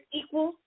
equal